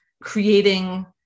creating